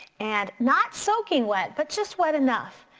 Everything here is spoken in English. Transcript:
and not soaking wet but just wet enough.